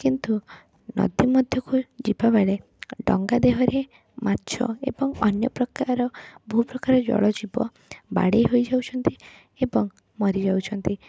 କିନ୍ତୁ ନଦୀ ମଧ୍ୟକୁ ଯିବାବେଳେ ଡଙ୍ଗାଦେହରେ ମାଛ ଏବଂ ଅନ୍ୟପ୍ରକାର ବହୁପ୍ରକାର ଜଳଜୀବ ବାଡ଼େଇ ହୋଇଯାଉଛନ୍ତି ଏବଂ ମରିଯାଉଛନ୍ତି